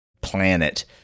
planet